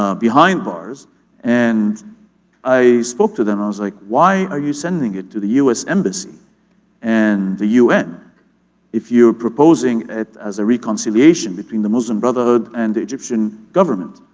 ah behind bars and i spoke to them. mf i was like why are you sending it to the us embassy and the un if you're proposing it as a reconciliation between the muslim brotherhood and the egyptian government?